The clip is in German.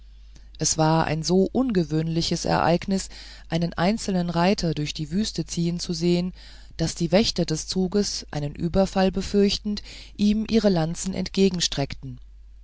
es war ein so ungewöhnliches ereignis einen einzelnen reiter durch die wüste ziehen zu sehen daß die wächter des zuges einen überfall befürchtend ihm ihre lanzen entgegenstreckten